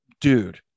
dude